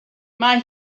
mae